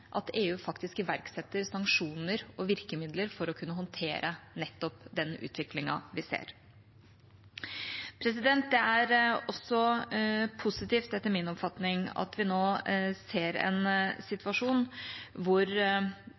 at EU faktisk iverksetter sanksjoner og virkemidler for å kunne håndtere nettopp den utviklingen vi ser. Det er også positivt, etter min oppfatning, at vi nå ser en situasjon hvor